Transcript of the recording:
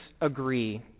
agree